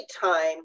time